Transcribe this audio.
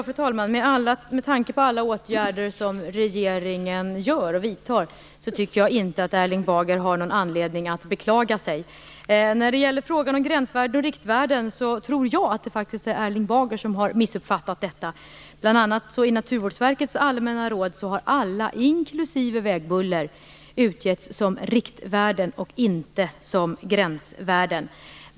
Fru talman! Med tanke på alla åtgärder som regeringen vidtar tycker jag inte att Erling Bager har någon anledning att beklaga sig. När det gäller frågan om gränsvärden och riktvärden tror jag faktiskt att det är Erling Bager som har missuppfattat detta. I Naturvårdsverkets allmänna råd har alla värden, inklusive de för vägbuller, utgetts som riktvärden och inte som gränsvärden.